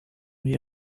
les